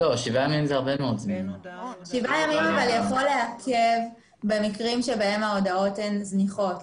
שבעה ימים יכול לעכב במקרים בהם ההודעות זניחות.